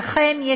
לכן,